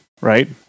right